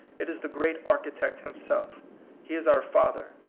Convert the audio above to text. it is the great architect himself he is our father.